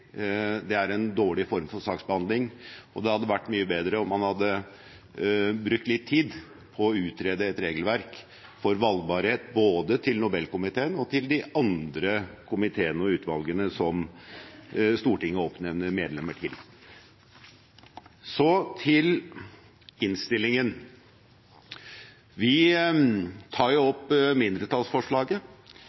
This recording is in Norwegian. Det er en dårlig form for saksbehandling, og det hadde vært mye bedre om man hadde brukt litt tid på å utrede et regelverk for valgbarhet både til Nobelkomiteen og til de andre komiteene og utvalgene som Stortinget oppnevner medlemmer til. Så til innstillingen. Vi tar jo opp mindretallsforslaget,